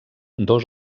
dos